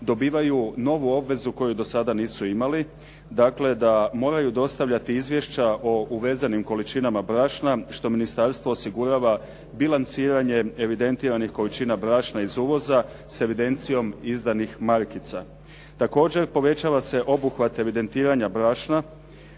dobivaju novu obvezu koju do sada nisu imali. Dakle, da moraju dostavljati izvješća o uvezenim količinama brašna što ministarstvo osigurava bilanciranjem evidentiranih količina brašna iz uvoza sa evidencijom izdanih markica. Također povećava se obuhvate evidentiranja brašna